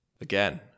Again